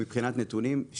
מבחינת נתונים,